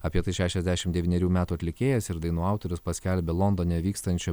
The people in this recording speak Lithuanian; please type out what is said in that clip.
apie tai šešiasdešim devynerių metų atlikėjas ir dainų autorius paskelbė londone vykstančio